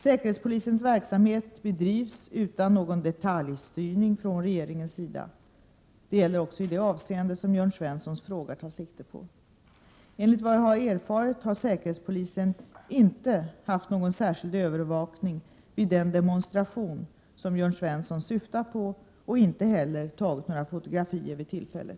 Säkerhetspolisens verksamhet bedrivs utan någon detaljstyrning från regeringens sida. Detta gäller också i det avseende som Jörn Svenssons fråga tar sikte på. Enligt vad jag har erfarit har säkerhetspolisen inte haft någon särskild övervakning vid den demonstration som Jörn Svensson syftar på och inte heller tagit några fotografier vid tillfället.